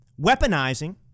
weaponizing